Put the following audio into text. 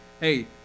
hey